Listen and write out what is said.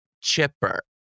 chipper